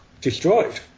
destroyed